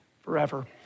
forever